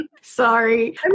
Sorry